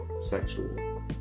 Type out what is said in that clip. sexual